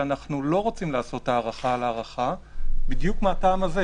שאנחנו לא רוצים לעשות הארכה על הארכה בדיוק מהטעם הזה